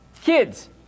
kids